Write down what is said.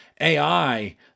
AI